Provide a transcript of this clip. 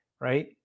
right